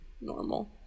normal